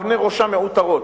אבני ראשה מעוטרות,